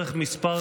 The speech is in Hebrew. צריך מספר,